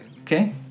Okay